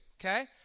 Okay